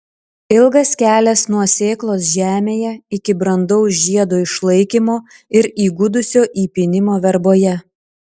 ilgas kelias nuo sėklos žemėje iki brandaus žiedo išlaikymo ir įgudusio įpynimo verboje